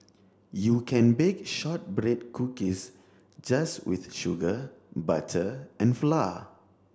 you can bake shortbread cookies just with sugar butter and flour